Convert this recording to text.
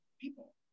people